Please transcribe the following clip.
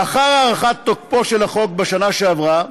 לאחר הארכת תוקפו של החוק בשנה שעברה,